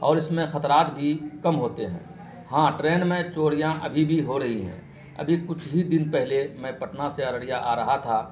اور اس میں خطرات بھی کم ہوتے ہیں ہاں ٹرین میں چوریاں ابھی بھی ہو رہی ہیں ابھی کچھ ہی دن پہلے میں پٹنہ سے ارریا آ رہا تھا